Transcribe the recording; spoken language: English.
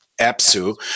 EPSU